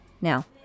Now